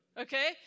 Okay